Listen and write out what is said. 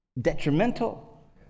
detrimental